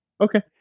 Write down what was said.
Okay